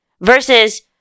versus